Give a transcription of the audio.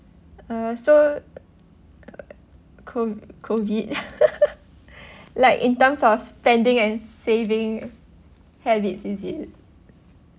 uh so uh CO~ COVID like in terms of spending and saving habit is it